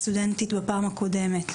סטודנטית בפעם הקודמת.